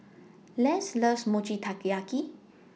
Les loves Mochi Taiyaki